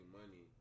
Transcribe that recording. money